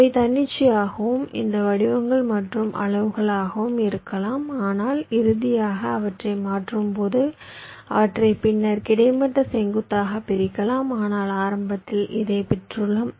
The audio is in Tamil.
அவை தன்னிச்சையாகவும் இந்த வடிவங்கள் மற்றும் அளவுகளாகவும் இருக்கலாம் ஆனால் இறுதியாக அவற்றை மாற்றும்போது அவற்றை பின்னர் கிடைமட்ட செங்குத்தாக பிரிக்கலாம் ஆனால் ஆரம்பத்தில் இதைப் பெற்றுள்ளோம்